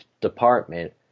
department